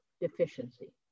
deficiency